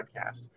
podcast